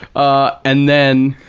ah, and then,